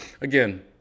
again